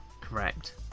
correct